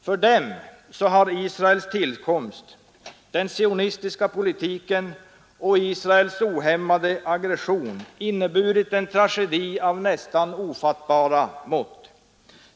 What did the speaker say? För dem har Israels tillkomst, den sionistiska politiken och Israels ohämmade aggression inneburit en tragedi av nästan ofattbara mått.